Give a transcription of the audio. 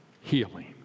healing